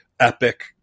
epic